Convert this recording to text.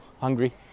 hungry